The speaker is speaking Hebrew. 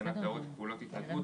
הגנת העורף ופעולות התנדבות,